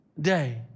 day